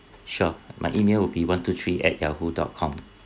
sure my email will be one two three at yahoo dot com